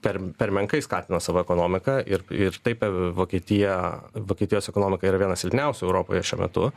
per per menkai skatina savo ekonomiką ir ir taip vokietija vokietijos ekonomika yra viena silpniausių europoje šiuo metu